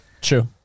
true